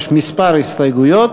יש כמה הסתייגויות.